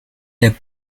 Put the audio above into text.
der